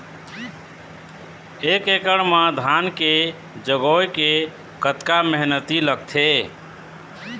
एक एकड़ म धान के जगोए के कतका मेहनती लगथे?